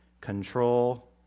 control